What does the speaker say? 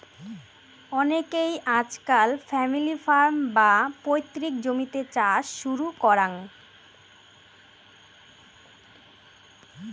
অনেইকে আজকাল family farm, বা পৈতৃক জমিতে চাষ শুরু করাং